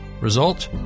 Result